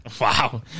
Wow